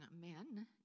men